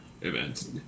events